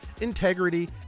integrity